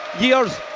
years